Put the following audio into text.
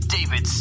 David